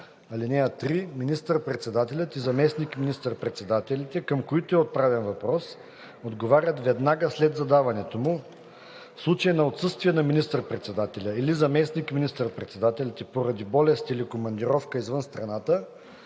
(3) Министър-председателят и заместник министър-председателите, към които е отправен въпрос, отговарят веднага след задаването му. В случай на отсъствие на министър-председателя или заместник министър-председателите, поради болест или командировка извън страната,